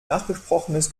nachgesprochenes